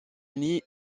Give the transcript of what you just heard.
uni